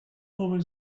over